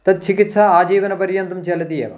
तत् चिकित्सा आजीवनपर्यन्तं चलति एव